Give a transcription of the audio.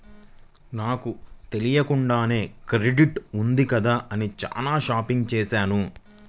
నాకు తెలియకుండానే క్రెడిట్ ఉంది కదా అని చానా షాపింగ్ చేశాను